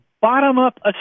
bottom-up